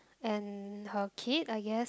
and her kid I guess